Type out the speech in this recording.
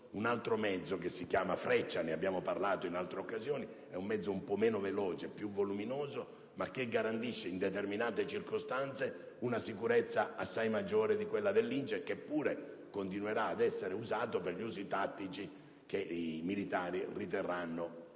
un altro mezzo che si chiama Freccia. Ne abbiamo parlato in altre occasioni: si tratta di un mezzo un po' meno veloce e più voluminoso, ma che garantisce in determinate circostanze una sicurezza assai maggiore di quella del Lince, che pure continuerà ad essere utilizzato per gli usi tattici che i militari riterranno